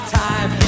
time